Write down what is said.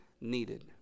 needed